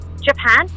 Japan